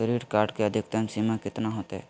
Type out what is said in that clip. Credit card के अधिकतम सीमा कितना होते?